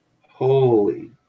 Holy